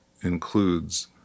includes